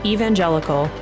Evangelical